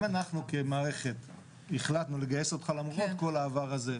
אם אנחנו כמערכת החלטנו לגייס אותך למרות כל העבר הזה,